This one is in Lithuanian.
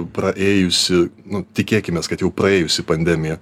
praėjusi nu tikėkimės kad jau praėjusi pandemija